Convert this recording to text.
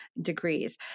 degrees